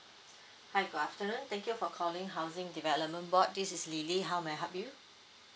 hi good afternoon thank you for calling housing development board this is lily how may I help you